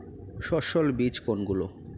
সস্যল বীজ কোনগুলো?